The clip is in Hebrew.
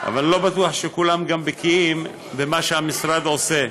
אבל אני לא בטוח שכולם גם בקיאים במה שהמשרד עושה.